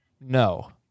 No